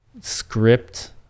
script